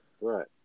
Right